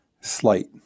slight